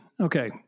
Okay